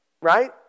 right